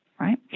right